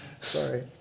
sorry